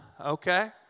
Okay